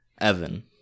Evan